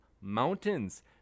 mountains